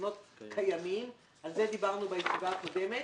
חשבונות קיימים על זה דיברנו בישיבה הקודמת.